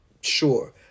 Sure